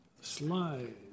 Slide